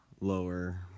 lower